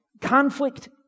Conflict